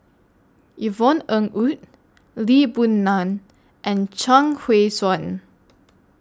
Yvonne Ng Uhde Lee Boon Ngan and Chuang Hui Tsuan